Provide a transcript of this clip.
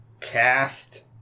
cast